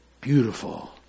beautiful